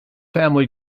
family